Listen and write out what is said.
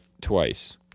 twice